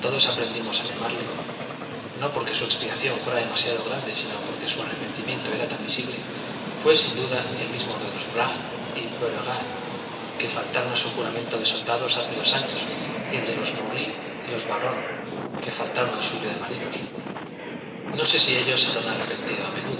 todos aprendimos a llamarle no porque su expiación fuera demasiado grande sino porque su arrepentimiento era tan visible fué sin duda el mismo de los bragg y beáuregard que faltaron a su juramento de soldados hace dos años y el de los maury y barrón que faltaron al suyo de marinos no sé si ellos se habrán arrepentido